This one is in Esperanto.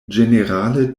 ĝenerale